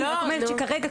אני רק אומרת שכרגע,